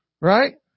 right